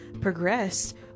progressed